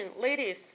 ladies